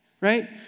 right